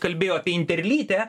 kalbėjo apie interlytę